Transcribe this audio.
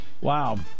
Wow